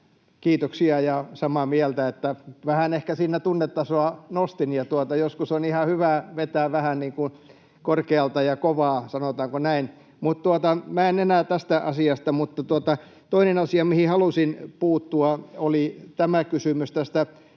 Kiitoksia, ja samaa mieltä, että vähän ehkä siinä tunnetasoa nostin, ja joskus on ihan hyvä vetää vähän niin kuin korkealta ja kovaa, sanotaanko näin, mutta minä en enää jatka tästä asiasta. Toinen asia, mihin halusin puuttua, oli tämä kysymys